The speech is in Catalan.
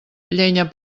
llenya